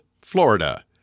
Florida